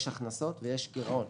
יש הכנסות; ויש גירעון.